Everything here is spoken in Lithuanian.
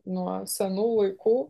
nuo senų laikų